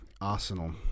arsenal